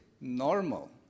normal